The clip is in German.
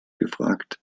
gefragt